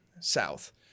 south